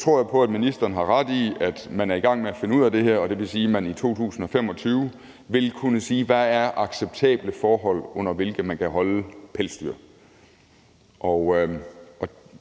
tror jeg på, at ministeren har ret i, at man er i gang med at finde ud af det her. Og det vil sige, at man i 2025 vil kunne sige, hvad acceptable forhold, under hvilke man kan holde pelsdyr, er.